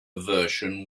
version